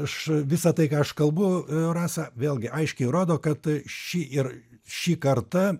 aš visa tai ką aš kalbu rasa vėlgi aiškiai rodo kad ši ir šį kartą